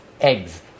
eggs